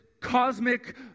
cosmic